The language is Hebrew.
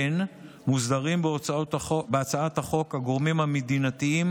כמו כן מוסדרים בהצעת החוק הגורמים המדינתיים